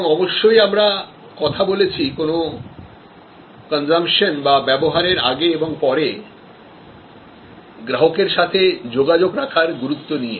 এবং অবশ্যই আমরা কথা বলেছি কোন consumption বা ব্যবহারের আগে এবং পরে গ্রাহকের সাথে যোগাযোগ রাখার গুরুত্ব নিয়ে